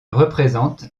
représente